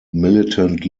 militant